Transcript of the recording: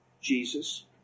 Jesus